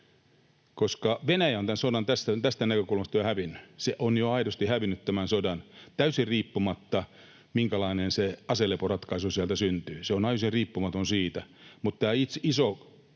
— Venäjä on tämän sodan tästä näkökulmasta jo hävinnyt. Se on jo aidosti hävinnyt tämän sodan täysin riippumatta siitä, minkälainen aseleporatkaisu sieltä syntyy. Se on täysin riippumaton siitä,